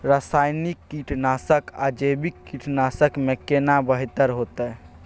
रसायनिक कीटनासक आ जैविक कीटनासक में केना बेहतर होतै?